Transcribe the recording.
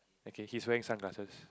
okay he's wearing sunglasses